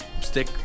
Stick